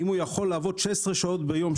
אם הוא יכול לעבוד 16 שעות ביום,